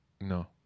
No